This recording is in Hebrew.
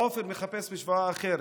עופר מחפש משוואה אחרת,